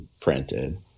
printed